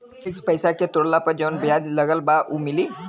Fix पैसा के तोड़ला पर जवन ब्याज लगल बा उ मिली?